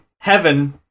Heaven